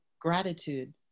gratitude